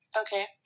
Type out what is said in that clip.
Okay